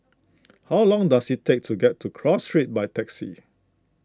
how long does it take to get to Cross Street by taxi